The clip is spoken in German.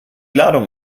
ladung